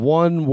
one